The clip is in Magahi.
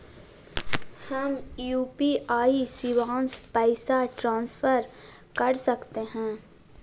हम यू.पी.आई शिवांश पैसा ट्रांसफर कर सकते हैं?